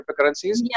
cryptocurrencies